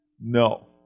No